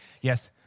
Yes